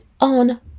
on